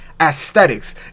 aesthetics